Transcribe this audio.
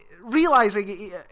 realizing